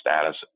status